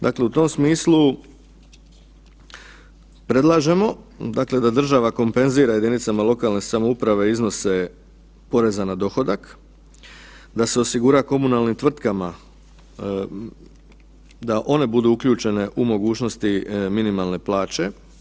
Dakle, u tom smislu predlažemo dakle da država kompenzira jedinicama lokalne samouprave iznose poreza na dohodak, da se osigura komunalnim tvrtkama da one budu uključene u mogućnosti minimalne plaće.